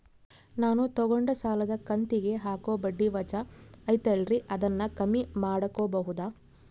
ನಾನು ತಗೊಂಡ ಸಾಲದ ಕಂತಿಗೆ ಹಾಕೋ ಬಡ್ಡಿ ವಜಾ ಐತಲ್ರಿ ಅದನ್ನ ಕಮ್ಮಿ ಮಾಡಕೋಬಹುದಾ?